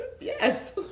Yes